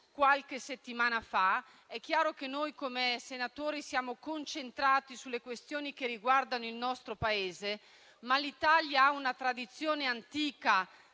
qualche settimana fa. È chiaro che noi come senatori siamo concentrati sulle questioni che riguardano il nostro Paese, ma l'Italia ha una tradizione antica